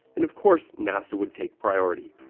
and of course nasa would take priority.